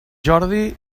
jordi